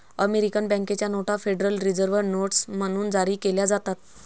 American बँकेच्या नोटा Federal Reserve notes म्हणून जारी केल्या जातात